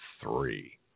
three